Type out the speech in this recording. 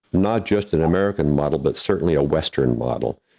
not just an american model, but certainly a western model.